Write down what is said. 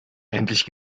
endlich